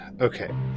Okay